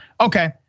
Okay